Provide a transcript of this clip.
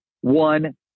one